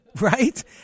Right